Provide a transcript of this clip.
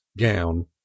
gown